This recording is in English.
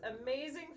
amazing